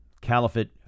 caliphate